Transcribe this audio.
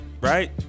right